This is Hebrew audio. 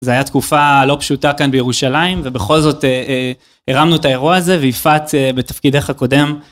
זה היה תקופה לא פשוטה כאן בירושלים ובכל זאת הרמנו את האירוע הזה. ויפעת, בתפקידך הקודם.